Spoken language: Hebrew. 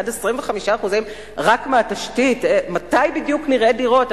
עד 25% רק מהתשתית, מתי בדיוק נראה דירות?